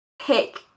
pick